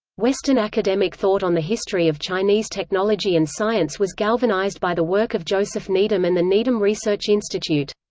western academic thought on the history of chinese technology and science was galvanized by the work of joseph needham and the needham research institute.